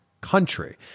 country